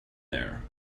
there